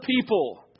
people